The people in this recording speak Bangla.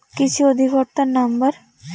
কৃষি অধিকর্তার নাম্বার?